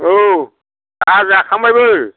औ आंहा जाखांबायबो